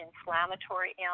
inflammatory